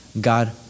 God